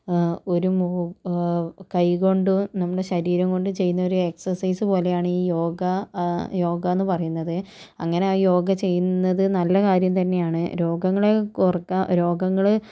ഒരുങ്ങു കൈ കൊണ്ട് നമ്മുടെ ശരീരം കൊണ്ട് ചെയ്യുന്ന ഒരു എക്സ്സൈസ് പോലെയാണ് ഈ യോഗ യോഗാന്ന് പറയുന്നത് അങ്ങനെ യോഗ ചെയ്യുന്നത് നല്ല കാര്യം തന്നെയാണ് രോഗങ്ങളെ കുറയ്ക്കുക രോഗങ്ങള്